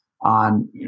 on